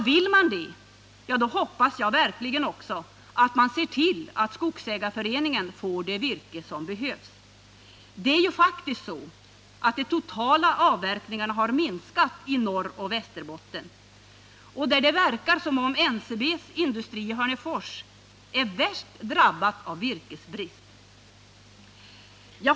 Vill man det, då hoppas jag verkligen att man också ser till att skogsägarföreningen får det virke som behövs. De totala avverkningarna har faktiskt minskat i Norroch Västerbotten, och det verkar som om NCB i Hörnefors är värst drabbat av virkesbristen.